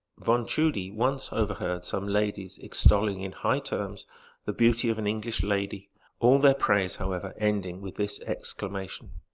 von tschudi once overheard some ladies extolling in high terms the beauty of an english lady all their praise, however, ending with this exclamation,